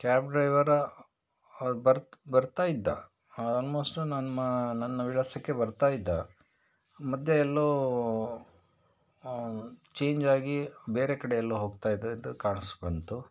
cab driver ಅವ್ರು ಬರ್ತಾ ಬರ್ತಾಯಿದ್ದ ಆಲ್ಮೋಸ್ಟ್ ನಮ್ಮ ನನ್ನ ವಿಳಾಸಕ್ಕೆ ಬರ್ತಾಯಿದ್ದ ಮಧ್ಯೆ ಎಲ್ಲೋ ಚೇಂಜ್ ಆಗಿ ಬೇರೆ ಕಡೆ ಎಲ್ಲೋ ಹೋಗ್ತ ಇದ್ದದ್ದು ಕಾಣಿಸ್ಕೊಳ್ತು